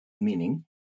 meaning